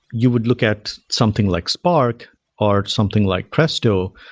you would look at something like spark or something like presto,